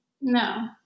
No